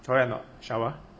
correct or not shower